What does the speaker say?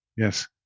Yes